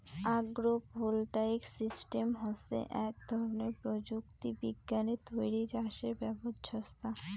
agro voltaic system হসে আক ধরণের প্রযুক্তি বিজ্ঞানে তৈরী চাষের ব্যবছস্থা